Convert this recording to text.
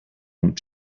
and